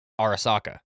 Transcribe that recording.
Arasaka